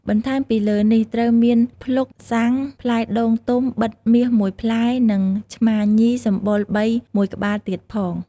បន្ថែមពីលើនេះ ត្រូវមាន ភ្លុក,ស័ង្ខ, ផ្លែដូងទុំបិទមាស១ផ្លែ និងឆ្មាញីសម្បុរបីមួយក្បាលទៀងផង។